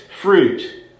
fruit